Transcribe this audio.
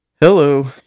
Hello